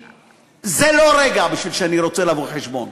זה לא רגע שאני רוצה לבוא בו חשבון,